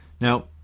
Now